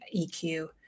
EQ